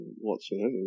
whatsoever